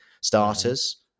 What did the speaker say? starters